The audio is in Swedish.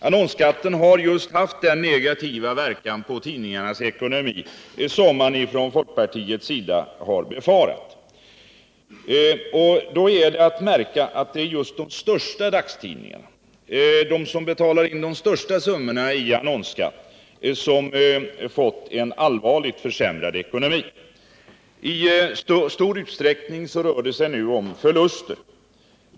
Annonsskatten har haft just den negativa verkan på tidningarnas ekonomi som folkpartiet befarade. Då är att märka att det är särskilt de största dagstidningarna, de som betalar in de största summorna i annonsskatt, som vidkänts en allvarlig försämring av ekonomin. I stor utsträckning rör det sig nu om förluster.